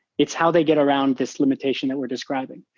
it's how they get around this limitation that we're describing.